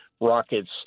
rockets